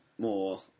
more